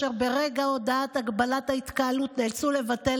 אשר ברגע הודעת הגבלת ההתקהלות נאלצו לבטל